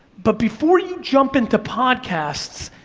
but before you jump into podcasts,